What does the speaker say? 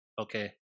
okay